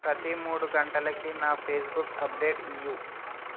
ప్రతి మూడు గంటలకి నా ఫేస్బుక్ అప్డేట్ ఇయ్యు